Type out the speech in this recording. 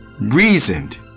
reasoned